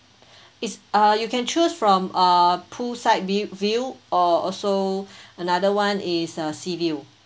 it's uh you can choose from uh poolside view view or also another [one] is uh sea view